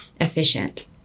efficient